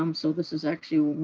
um so this is actually,